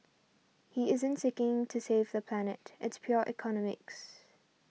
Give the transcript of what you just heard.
he isn't seeking to save the planet it's pure economics